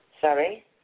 Sorry